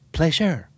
Pleasure